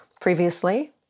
previously